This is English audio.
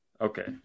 Okay